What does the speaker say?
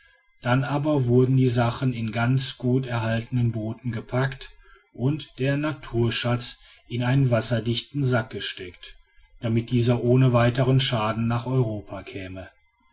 dann aber wurden die sachen in die ganz gut erhaltenen boote gepackt und der naturschatz in einen wasserdichten sack gesteckt damit dieser ohne weiteren schaden nach europa käme